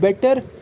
better